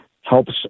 helps